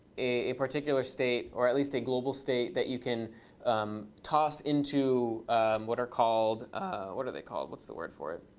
a particular state, or at least a global state that you can um toss into what are called what are they called? what's the word for it?